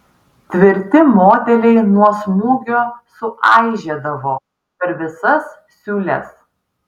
tvirti modeliai nuo smūgio suaižėdavo per visas siūles